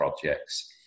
projects